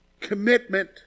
commitment